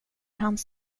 hans